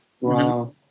Wow